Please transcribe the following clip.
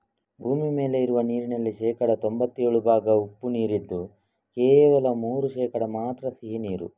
ಭೂಮಿ ಮೇಲೆ ಇರುವ ನೀರಿನಲ್ಲಿ ಶೇಕಡಾ ತೊಂಭತ್ತೇಳು ಭಾಗ ಉಪ್ಪು ನೀರಿದ್ದು ಕೇವಲ ಮೂರು ಶೇಕಡಾ ಮಾತ್ರ ಸಿಹಿ ನೀರು